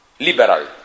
liberal